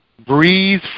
Breathe